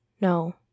No